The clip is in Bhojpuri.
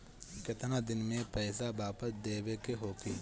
केतना दिन में पैसा वापस देवे के होखी?